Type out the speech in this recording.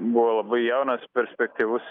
buvo labai jaunas perspektyvus